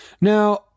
Now